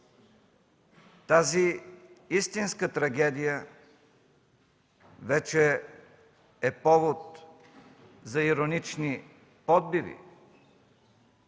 тази истинска трагедия вече е повод за иронични подбиви: